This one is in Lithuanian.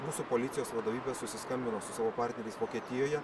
mūsų policijos vadovybė susiskambino su savo partneriais vokietijoje